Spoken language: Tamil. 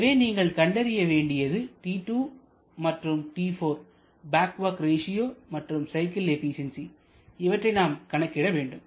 எனவே நீங்கள் கண்டறிய வேண்டியது T2 மற்றும் T4 பேக் வொர்க் ரேசியோ மற்றும் சைக்கிள் எபிசியன்சி இவற்றை நாம் கணக்கிட வேண்டும்